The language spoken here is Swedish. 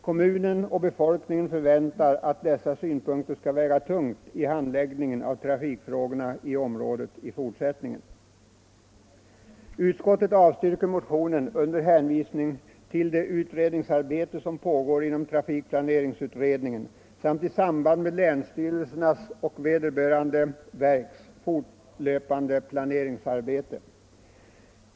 Kommunen och befolkningen förväntar att dessa synpunkter skall väga tungt vid handläggningen av trafikfrågorna i området i fortsättningen. Utskottet avstyrker motionen under hänvisning till det arbete som pågår inom trafikplaneringsutredningen samt i samband med länsstyrelsernas och vederbörande verks fortlöpande planering.